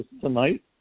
tonight